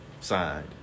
Signed